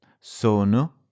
Sono